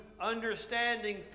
understanding